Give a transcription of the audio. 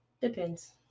depends